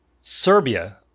Serbia